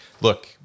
Look